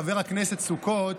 חבר הכנסת סוכות,